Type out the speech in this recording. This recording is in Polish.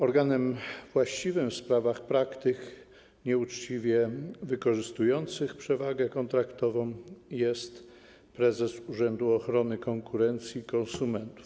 Organem właściwym w sprawach praktyk nieuczciwie wykorzystujących przewagę kontraktową jest prezes Urzędu Ochrony Konkurencji i Konsumentów.